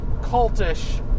cultish